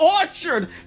orchard